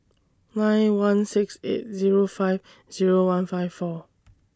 nine one six eight Zero five Zero one five four